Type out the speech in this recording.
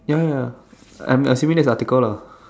ya ya ya I am assuming that's the article lah